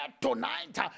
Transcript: tonight